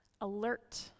alert